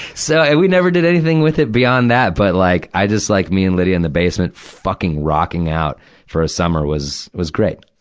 so, and we'd never done anything with it beyond that. but, like, i just like me and lydia in the basement, fucking rocking out for a summer was, was great.